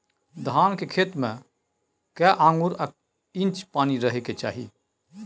धान के खेत में कैए आंगुर आ इंच पानी रहै के चाही?